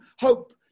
hope